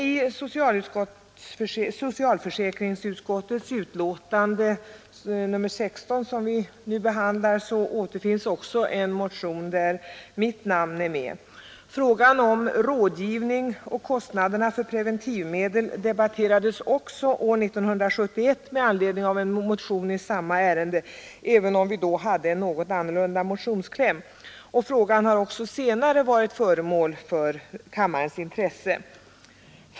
I socialförsäkringsutskottets betänkande nr 16 behandlas också en motion där mitt namn finns med. Frågan om kostnaderna för preventivmedel diskuterades 1971 med anledning av en motion i samma ärende, även om vi då hade en något annorlunda motionskläm, och den har också senare varit föremål för riksdagens intresse.